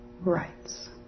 Rights